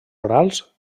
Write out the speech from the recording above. orals